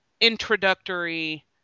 introductory